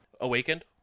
awakened